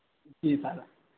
जी sir